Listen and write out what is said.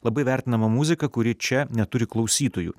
labai vertinama muzika kuri čia neturi klausytojų